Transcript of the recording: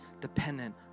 dependent